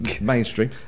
mainstream